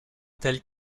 tels